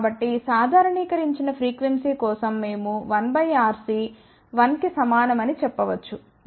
కాబట్టి సాధారణీకరించినఫ్రీక్వెన్సీ కోసం మేము 1 RC 1 కి సమానం అని చెప్పవచ్చు